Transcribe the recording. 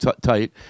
tight